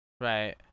Right